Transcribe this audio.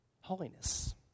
holiness